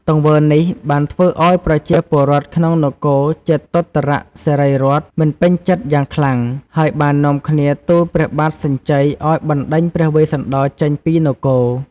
ទង្វើនេះបានធ្វើឱ្យប្រជាពលរដ្ឋក្នុងនគរជេតុត្តរសិរីរដ្ឋមិនពេញចិត្តយ៉ាងខ្លាំង ហើយបាននាំគ្នាទូលព្រះបាទសញ្ជ័យឱ្យបណ្ដេញព្រះវេស្សន្តរចេញពីនគរ។